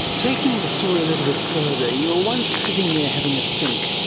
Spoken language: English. taking the story a little bit further, you were once sitting there having a think,